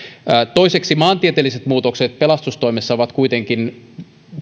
toiseksi maantieteelliset muutokset pelastustoimessa ovat kuitenkin